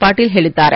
ಪಾಟೀಲ್ ಹೇಳಿದ್ದಾರೆ